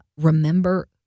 Remember